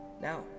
Now